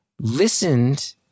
listened